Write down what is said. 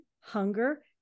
hunger